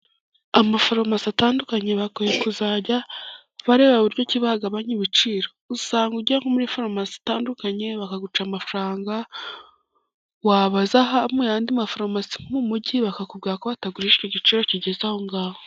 Amafaromasi atandukanye bakwiye kuzajya bareba buryo ki bagabanya ibiciro, usanga ujya muri faromasi itandukanye bakaguca amafaranga wabaza mu yandi mafaromasi nko mu mujyi bakakubwira ko batagurisha igiciro kigeze aho ngaho.